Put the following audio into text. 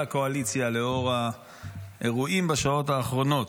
הקואליציה לאור האירועים בשעות האחרונות.